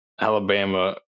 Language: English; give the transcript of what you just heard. Alabama